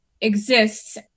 exists